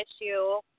issue